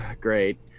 great